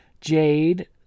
jade